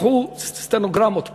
קחו סטנוגרמות פה,